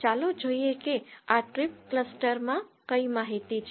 ચાલો જોઈએ કે આ ટ્રિપ ક્લસ્ટરમાં કઈ માહિતી છે